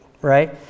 right